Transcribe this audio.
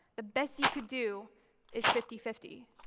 the best you could do is fifty fifty.